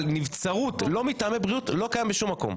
אבל נבצרות שלא מטעמי בריאות דבר שלא קיים בשום מקום.